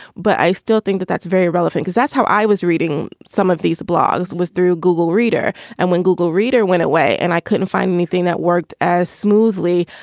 but i still think that that's very relevant because that's how i was reading some of these blogs was through google reader. and when google reader went away and i couldn't find anything that worked as smoothly,